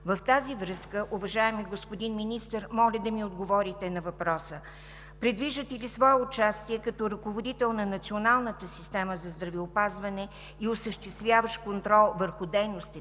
В тази връзка, уважаеми господин Министър, моля да ми отговорите на въпроса: предвиждате ли свое участие, като ръководител на националната система за здравеопазване и осъществяващ контрол върху дейностите